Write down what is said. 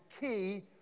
key